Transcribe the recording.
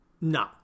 No